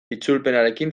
itzulpenarekin